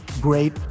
great